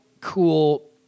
cool